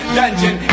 dungeon